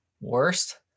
worst